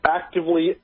actively